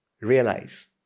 realize